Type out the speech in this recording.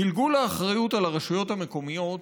גלגול האחריות על הרשויות המקומיות